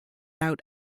out